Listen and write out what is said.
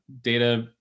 data